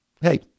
hey